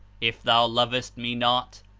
if thou lovest me not,